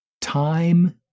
Time